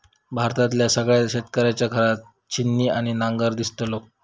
भारतातल्या सगळ्या शेतकऱ्यांच्या घरात छिन्नी आणि नांगर दिसतलो